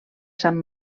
sant